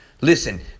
Listen